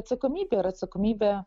atsakomybe ir atsakomybė